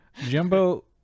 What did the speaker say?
Jumbo